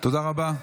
תודה רבה.